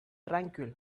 tranquil